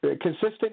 consistent